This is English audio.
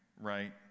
right